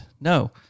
No